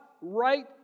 right